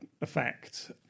effect